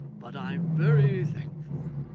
but i'm very thankful.